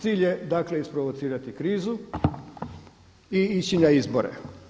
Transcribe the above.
Cilj je dakle isprovocirati krizu i ići na izbore.